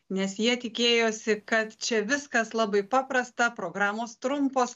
nes jie tikėjosi kad čia viskas labai paprasta programos trumpos